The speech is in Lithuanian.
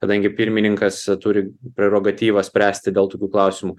kadangi pirmininkas turi prerogatyvą spręsti dėl tokių klausimų